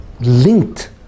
linked